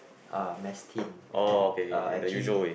uh mess tin and uh actually